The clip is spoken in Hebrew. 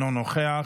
אינו נוכח,